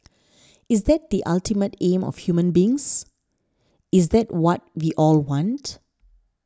is that the ultimate aim of human beings is that what we all want